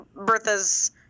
Bertha's